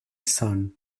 son